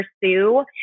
pursue